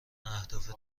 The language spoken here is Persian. اهداف